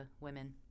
women